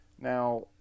Now